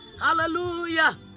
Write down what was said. Hallelujah